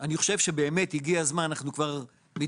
אני באמת חושב שבאמת הגיע הזמן - אנחנו כבר מתדיינים